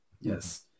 Yes